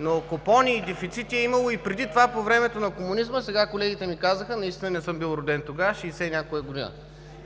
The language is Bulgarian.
Но купони и дефицити е имало и преди това – по времето на комунизма, сега колегите ми казаха, наистина не съм бил роден тогава, шестдесет и някоя година.